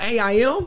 AIM